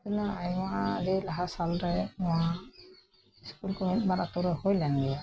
ᱛᱤᱱᱟᱹᱜ ᱟᱭᱢᱟ ᱟᱰᱤ ᱞᱟᱦᱟ ᱥᱟᱞᱨᱮ ᱱᱚᱣᱟ ᱤᱥᱠᱩᱞᱠᱚ ᱢᱤᱫ ᱵᱟᱨ ᱟᱹᱛᱩ ᱨᱮ ᱦᱩᱭ ᱞᱮᱱ ᱜᱮᱭᱟ